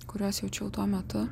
kuriuos jaučiau tuo metu